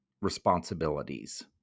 responsibilities